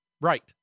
Right